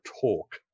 talk